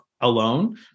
alone